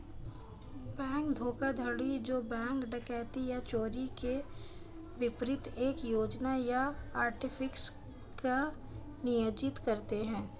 bank धोखाधड़ी जो bank डकैती या चोरी के विपरीत एक योजना या आर्टिफिस को नियोजित करते हैं